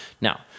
Now